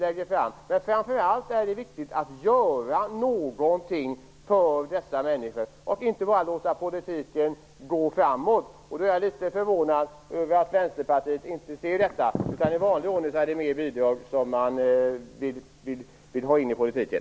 Det är framför allt viktigt att göra någonting för dessa människor och inte bara låta politiken gå framåt. Jag är litet förvånad över att Vänsterpartiet inte ser detta. I vanlig ordning vill man ha in mer bidrag i politiken.